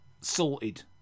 sorted